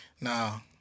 now